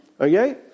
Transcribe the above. Okay